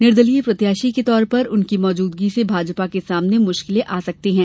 निर्दलीय प्रत्याशी के तौर पर उनकी मौजूदगी से भाजपा के सामने मुश्किलें आ सकती हैं